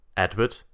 Edward